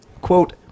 Quote